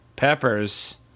Peppers